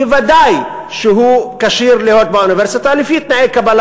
בוודאי שהוא כשיר להיות באוניברסיטה לפי תנאי קבלה